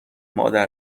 مادر